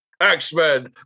X-Men